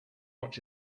watch